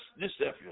deception